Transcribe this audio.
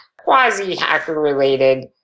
quasi-hacker-related